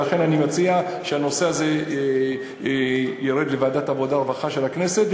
ולכן אני מציע שהנושא הזה ירד לוועדת העבודה והרווחה של הכנסת,